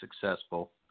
successful